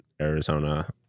Arizona